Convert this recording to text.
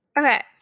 Okay